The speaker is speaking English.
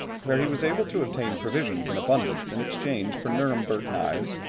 where he was able to obtain provisions in abundance in exchange for nuremberg knives,